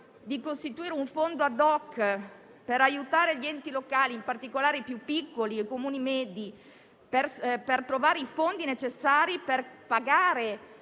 di costituire un fondo *ad hoc* per aiutare gli enti locali, in particolare i Comuni piccoli e medi, a trovare i fondi necessari per pagare